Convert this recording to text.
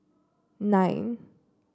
nine